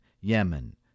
Yemen